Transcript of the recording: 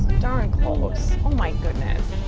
darn close! oh my goodness.